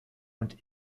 und